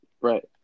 right